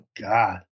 God